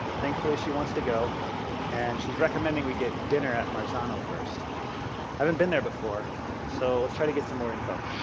thankfully she wants to go and she is recommending we get dinner at marzano first. i haven't been there before so let's try to get so more info.